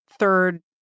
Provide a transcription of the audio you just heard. third